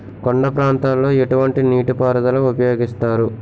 కొండ ప్రాంతాల్లో ఎటువంటి నీటి పారుదల ఉపయోగిస్తారు?